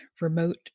remote